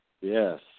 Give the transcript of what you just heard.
Yes